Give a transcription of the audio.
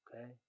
Okay